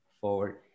forward